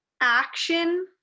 action